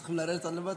צריך להוריד למטה.